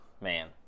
Man